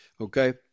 okay